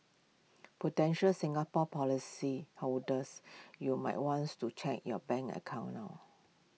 Prudential Singapore policyholders you might wants to check your bank account now